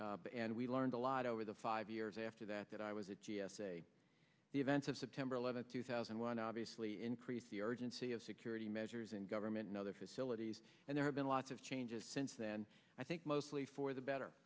and we learned a lot over the five years after that that i was at g s a the events of september eleventh two thousand and one obviously increased the urgency of security measures in government and other facilities and there have been lots of changes since then i think mostly for the better